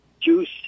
juice